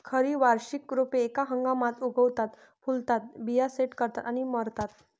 खरी वार्षिक रोपे एका हंगामात उगवतात, फुलतात, बिया सेट करतात आणि मरतात